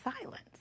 silence